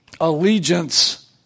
allegiance